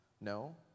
No